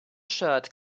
shirt